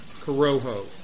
Corojo